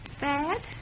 bad